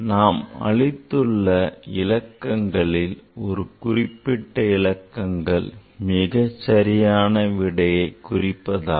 நாம் அளித்துள்ள இலக்கங்களில் ஒரு குறிப்பிட்ட இலக்கங்கள் மிகச் சரியான விடையை குறிப்பதாகும்